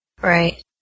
Right